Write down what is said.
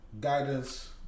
guidance